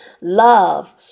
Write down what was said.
love